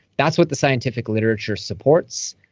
that's what the scientific literature supports.